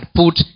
put